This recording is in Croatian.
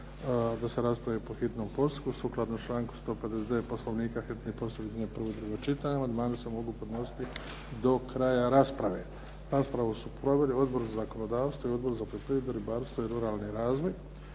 da se raspravi po hitnom postupku. Sukladno članku 159. Poslovnika hitni postupak objedinjuje prvo i drugo čitanje. Amandmani se mogu podnositi do kraja rasprave. Raspravu su proveli Odbor za zakonodavstvo i Odbor za poljoprivredu, ribarstvo i ruralni razvoj.